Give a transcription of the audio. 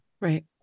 Right